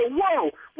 whoa